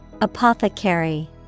Apothecary